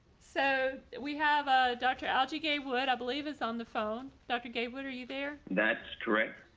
so we have ah dr. algae gave what i believe is on the phone. dr. gabe, what are you there? that's correct.